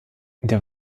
der